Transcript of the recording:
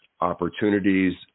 opportunities